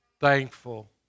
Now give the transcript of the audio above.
thankful